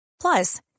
Plus